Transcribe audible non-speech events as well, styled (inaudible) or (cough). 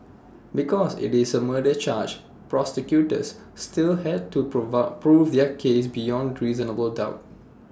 because IT is A murder charge prosecutors still had to (unintelligible) prove their case beyond reasonable doubt